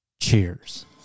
cheers